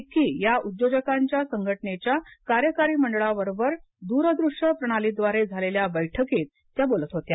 FICCI या उद्योजकांच्या संघटनेच्या कार्यकारी मंडळांबरोबर द्रदृष्य प्रणाली द्वारे झालेल्या बैठकीत त्या बोलत होत्या